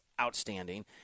outstanding